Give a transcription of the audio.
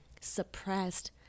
suppressed